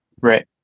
Right